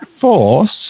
force